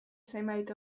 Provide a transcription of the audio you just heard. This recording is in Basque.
zenbait